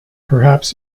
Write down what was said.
perhaps